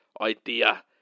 idea